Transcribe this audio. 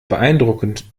beeindruckend